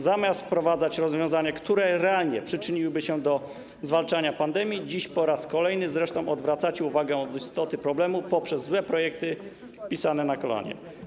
Zamiast wprowadzać rozwiązania, które realnie przyczyniłyby się do zwalczenia pandemii, dziś, zresztą po raz kolejny, odwracacie uwagę od istoty problemu poprzez złe projekty, pisane na kolanie.